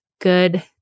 good